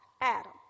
adam